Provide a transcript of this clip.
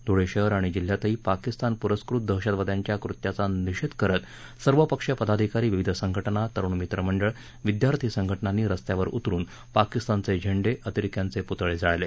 धूळ श्रेहर आणि जिल्ह्यातही पाकिस्तान प्रस्कृत दशहतवाद्यांच्या कृत्याचा निषेध करत सर्व पक्षीय पदाधिकारी विविध संघटना तरुण मित्र मंडळ विद्यार्थी संघटनांनी रस्त्यावर उतरुन पाकिस्तानचे झेंडे अतिरेक्यांचे पुतळे जाळले